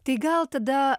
tai gal tada